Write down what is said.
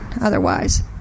otherwise